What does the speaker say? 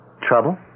Trouble